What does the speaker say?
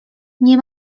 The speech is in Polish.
nie